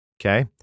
Okay